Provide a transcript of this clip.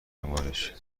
دنبالش